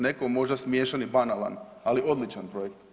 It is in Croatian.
Nekom možda smiješan i banalan, ali odličan projekt.